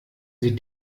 sie